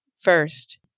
first